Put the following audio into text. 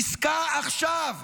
עסקה עכשיו.